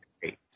great